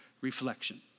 reflection